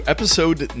Episode